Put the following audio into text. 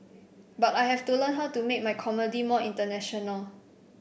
but I have to learn how to make my comedy more international